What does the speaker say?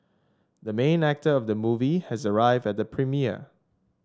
the main actor of the movie has arrived at the premiere